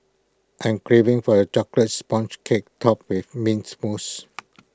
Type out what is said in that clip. I am craving for A Chocolate Sponge Cake Topped with Mint Mousse